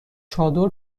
چادر